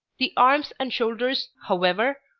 the arms and shoulders, however,